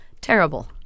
terrible